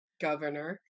Governor